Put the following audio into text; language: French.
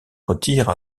retire